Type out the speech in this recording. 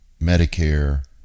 Medicare